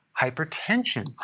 Hypertension